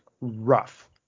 rough